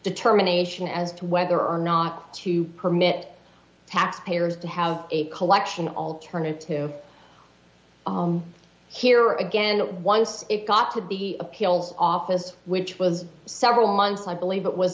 determination as to whether or not to permit taxpayers to have a collection alternative here again why it got to the appeals office which was several months i believe it was